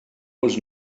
was